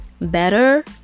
better